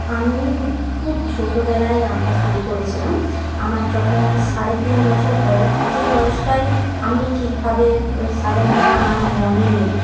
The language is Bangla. আমি খুব ছোটোবেলায় আঁকা শুরু করেছিলাম আমার যখন সাড়ে তিন বছর বয়স যে বয়সটায় আমি ঠিকভাবে সাধারণভাবে আমার মনে নেই